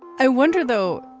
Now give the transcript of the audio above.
i wonder, though,